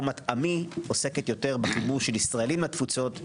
שעוסקת יותר בחיבור של ישראלים לתפוצות,